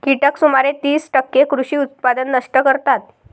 कीटक सुमारे तीस टक्के कृषी उत्पादन नष्ट करतात